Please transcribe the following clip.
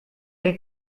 che